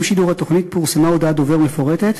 עם שידור התוכנית פורסמה הודעת דובר מפורטת,